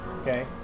Okay